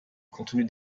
contenu